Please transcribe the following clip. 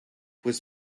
was